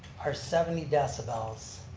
are seventy decibels.